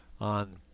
on